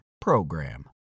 PROGRAM